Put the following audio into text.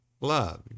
love